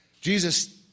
Jesus